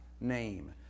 name